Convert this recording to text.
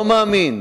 לא מאמין.